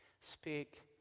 speak